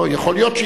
יכול להיות שיש,